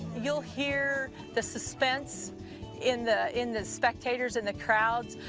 you'll hear the suspense in the in the spectators and the crowds.